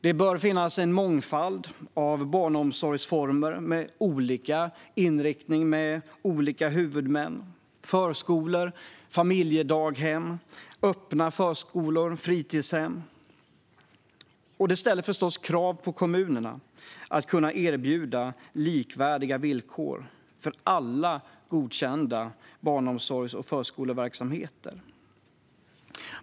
Det bör finnas en mångfald av barnomsorgsformer med olika inriktning och huvudmän: förskolor, familjedaghem, öppna förskolor och fritidshem. Det ställer förstås krav på kommunerna att erbjuda likvärdiga villkor för alla godkända barnomsorgs och förskoleverksamheter.